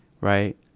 right